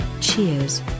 cheers